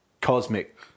cosmic